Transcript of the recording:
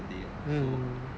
mm